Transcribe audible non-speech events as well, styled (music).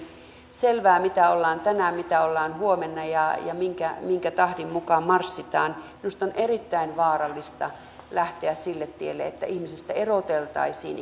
selvää mitä ollaan tänään mitä ollaan huomenna ja ja minkä tahdin mukaan marssitaan minusta on erittäin vaarallista lähteä sille tielle että ihmisestä eroteltaisiin (unintelligible)